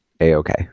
a-okay